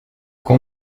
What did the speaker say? qu’on